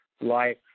life